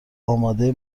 اماده